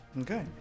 Okay